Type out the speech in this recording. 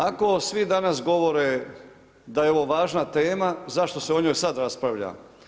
Ako svi danas govore da je ovo važna tema, zašto se o njoj sada raspravlja?